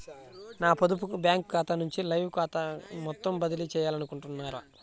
నా పొదుపు బ్యాంకు ఖాతా నుంచి లైన్ ఖాతాకు మొత్తం బదిలీ చేయాలనుకుంటున్నారా?